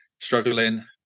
struggling